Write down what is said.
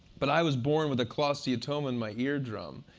but i was born with a cholesteatoma in my ear drum.